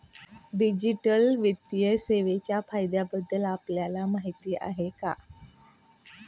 Digital वित्तीय सेवांच्या फायद्यांबद्दल आपल्याला माहिती आहे का?